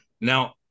Now